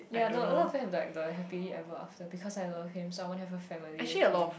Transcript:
ya no a lot of them have like the happily ever after because I love him so I want a family with him